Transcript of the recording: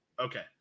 Okay